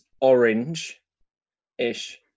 orange-ish